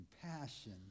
compassion